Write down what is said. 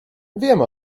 wiem